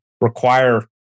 require